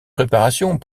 préparations